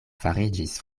fariĝis